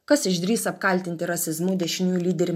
kas išdrįs apkaltinti rasizmu dešiniųjų lyderį